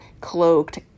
cloaked